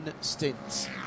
stints